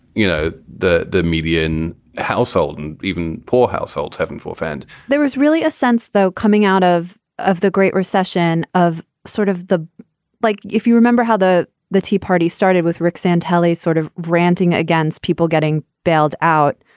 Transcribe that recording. you know, the the median household and even poor households, heaven forfend there is really a sense, though, coming out of of the great recession of sort of the like. if you remember how the the tea party started with rick santelli sort of ranting against people getting bailed out,